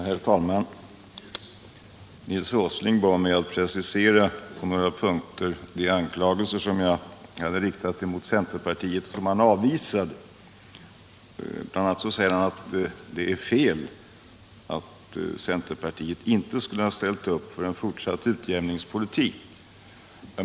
Herr talman! Nils Åsling bad mig att på några punkter precisera de anklagelser som jag hade riktat mot centerpartiet och som han avvisade. Bl. a. sade han att det är fel att centerpartiet inte skulle ha ställt upp för en fortsatt utjämningspolitik.